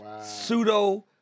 pseudo